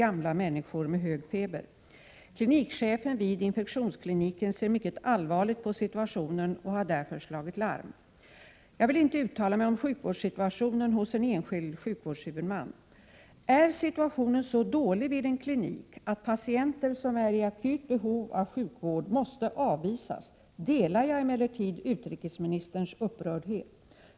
gamla människor med hög feber. Klinikchefen vid infektionskliniken ser mycket allvarligt på situationen och har därför slagit larm. Jag vill inte uttala mig om sjukvårdssituationen hos en enskild sjukvårdshuvudman. Är situationen så dålig vid en klinik att patienter, som är i akut behov av sjukvård, måste avvisas delar jag emellertid utrikesministerns upprördhet.